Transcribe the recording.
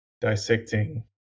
dissecting